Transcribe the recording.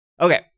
Okay